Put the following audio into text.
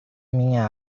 minha